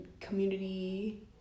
community